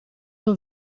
suo